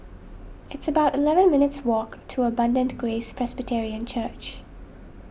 it's about eleven minutes' walk to Abundant Grace Presbyterian Church